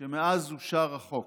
שמאז שאושר החוק,